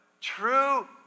true